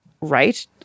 right